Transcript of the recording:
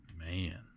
Man